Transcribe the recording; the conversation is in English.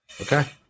Okay